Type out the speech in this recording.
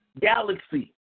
galaxy